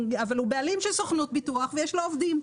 בעלים של סוכנות ביטוח ויש לו עובדים.